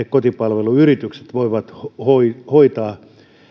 kotipalveluyritykset voivat hoitaa